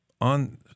On